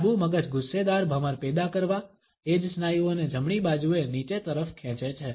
ડાબુ મગજ ગુસ્સેદાર ભમર પેદા કરવા એ જ સ્નાયુઓને જમણી બાજુએ નીચે તરફ ખેંચે છે